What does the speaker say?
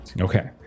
Okay